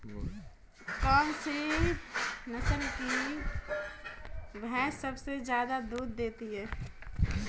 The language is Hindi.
कौन सी नस्ल की भैंस सबसे ज्यादा दूध देती है?